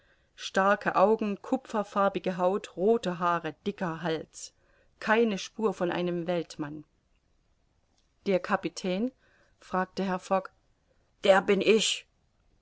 starke augen kupferfarbige haut rothe haare dicker hals keine spur von einem weltmann der kapitän fragte herr fogg der bin ich